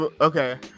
okay